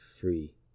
free